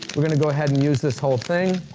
we're gonna go ahead and use this whole thing.